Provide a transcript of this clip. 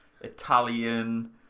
italian